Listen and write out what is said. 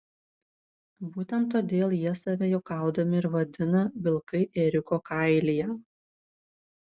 būtent todėl jie save juokaudami ir vadina vilkai ėriuko kailyje